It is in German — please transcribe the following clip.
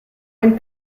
ein